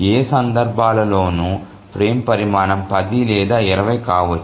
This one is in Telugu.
ఏ సందర్భాలలోనూ ఫ్రేమ్ పరిమాణం 10 లేదా 20 కావచ్చు